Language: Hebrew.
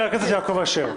חבר הכנסת יעקב אשר.